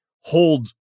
hold